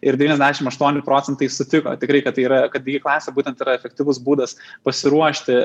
ir devyniasdešim aštuoni procentai sutiko tikrai kad tai yra kad digi klasė būtent yra efektyvus būdas pasiruošti